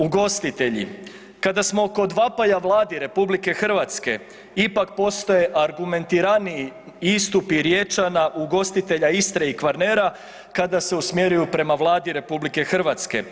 Ugostitelji, kada smo kod vapaja Vladi RH ipak postoje argumentiraniji istupi Riječana ugostitelja Istre i Kvarnera kada se usmjeriju prema Vladi RH.